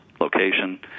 location